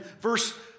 verse